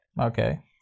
okay